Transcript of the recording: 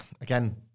again